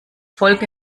folge